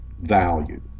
value